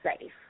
safe